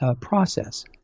process